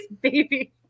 baby